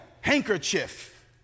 handkerchief